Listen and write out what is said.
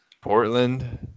portland